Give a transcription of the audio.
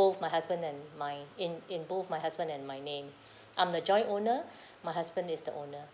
both my husband and my in in both my husband and my name I'm the joint owner my husband is the owner